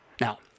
Now